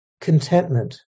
contentment